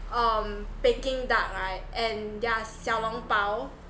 um peking duck right and their 小笼包